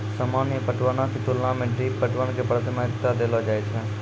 सामान्य पटवनो के तुलना मे ड्रिप पटवन के प्राथमिकता देलो जाय छै